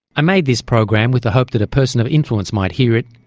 i made this program with the hope that a person of influence might hear it,